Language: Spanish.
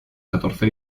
catorce